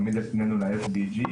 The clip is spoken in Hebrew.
תמיד הפנינו ל-SDG,